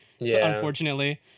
unfortunately